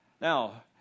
Now